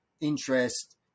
interest